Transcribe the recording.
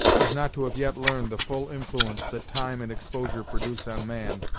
as not to have yet learned the full influence that time and exposure produce on man,